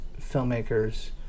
filmmakers